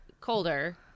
colder